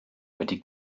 wedi